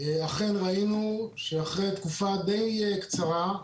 אכן ראינו שאחרי תקופה די קצרה,